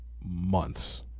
months